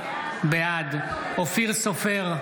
בעד אופיר סופר,